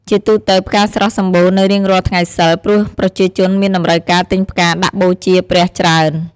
ជាទូទៅ ផ្កាស្រស់សម្បូរនៅរៀងរាល់ថ្ងៃសីល ព្រោះប្រជាជនមានតម្រូវការទិញផ្កាដាក់បូជាព្រះច្រើន។